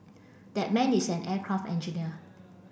that man is an aircraft engineer